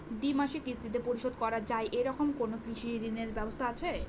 দ্বিমাসিক কিস্তিতে পরিশোধ করা য়ায় এরকম কোনো কৃষি ঋণের ব্যবস্থা আছে?